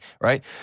right